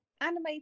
anime